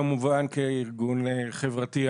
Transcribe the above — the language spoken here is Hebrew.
כמובן כארגון חברתי,